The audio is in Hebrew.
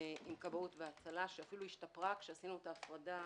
עם כבאות והצלה שאפילו השתפרה כשעשינו את ההפרדה